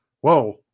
Whoa